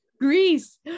Greece